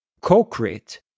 co-create